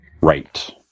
right